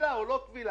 זו לא הודעה לספק?